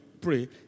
pray